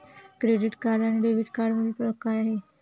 Credit card आणि debit कार्डमधील फरक काय आहे?